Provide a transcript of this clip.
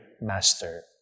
master